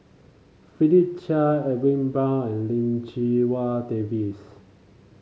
Philip Chia Edwin Brown and Lim Chee Wai David